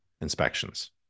inspections